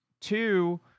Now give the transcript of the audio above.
Two